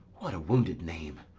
what a wounded name,